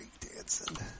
Breakdancing